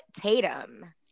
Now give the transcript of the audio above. Tatum